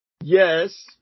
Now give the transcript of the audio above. Yes